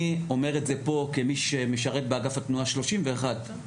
אני אומר את זה פה כמי שמשרת באגף התנועה 31 שנים,